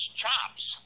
chops